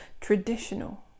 traditional